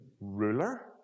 ruler